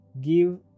Give